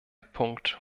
punkt